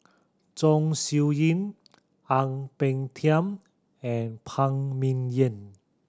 Chong Siew Ying Ang Peng Tiam and Phan Ming Yen